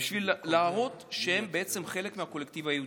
בשביל להראות שהם בעצם חלק מהקולקטיב היהודי.